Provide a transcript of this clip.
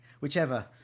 whichever